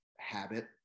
habit